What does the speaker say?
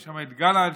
גלנט,